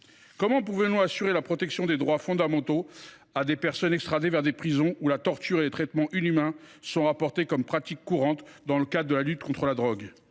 Comment pouvons nous assurer la protection des droits fondamentaux à des personnes extradées vers des prisons où la torture et les traitements inhumains sont rapportés comme étant des pratiques courantes dans le cadre de la lutte contre la drogue ?